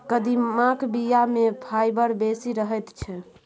कदीमाक बीया मे फाइबर बेसी रहैत छै